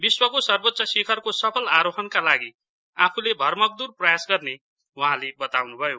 विश्वको सर्वोच्च शिखरको सफल आरोहणका लागि आफूले भरमग्दूर प्रयास गर्ने बताउनु भयो